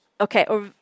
Okay